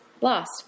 lost